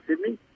Sydney